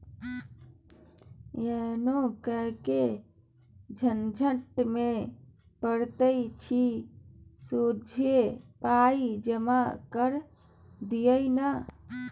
यौ किएक झंझट मे पड़ैत छी सोझे पाय जमा कए दियौ न